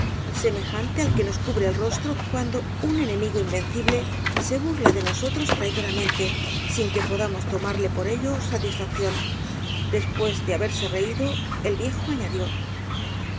mejante al que nos cubre el rostro cuando un enemigo invencible se burla de nosotros traidoramente sin que podamos tomarle por ello satisfacción después de haberse reído el viejo añadió el